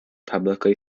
publicly